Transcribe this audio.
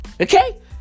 Okay